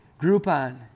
Groupon